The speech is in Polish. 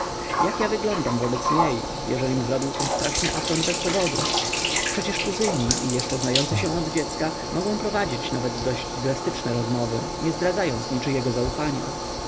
jak ja wyglądam wobec niej jeżelim zrobił tak straszny afront bez powodu przecież kuzyni i jeszcze znający się od dziecka mogą prowadzić nawet dość drastyczne rozmowy nie zdradzając niczyjego zaufania